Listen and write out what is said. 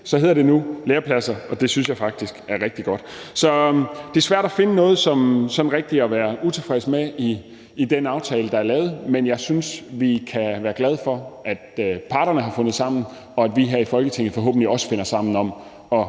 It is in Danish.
så hedder det nu lærepladser. Og det synes jeg faktisk er rigtig godt. Så det er svært at finde noget at være sådan rigtig utilfreds med i den aftale, der er lavet. Og jeg synes, vi kan være glade for, at parterne har fundet sammen, og at vi her i Folketinget forhåbentlig også finder sammen om at